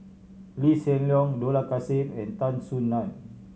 Lee Hsien Loong Dollah Kassim and Tan Soo Nan